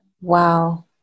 Wow